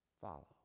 Follow